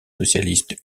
socialistes